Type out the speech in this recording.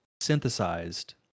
synthesized